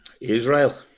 Israel